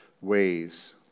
ways